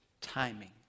timing